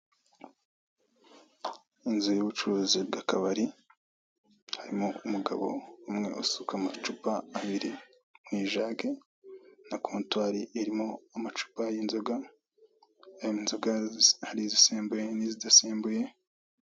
Inzu y'ubucuruzi bwakabari harimo umugabo umwe usuka amacupa abiri mw'ijage na kontwari irimo amacupa yinzoga hari izisembuye ni izidasembuye.